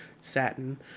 satin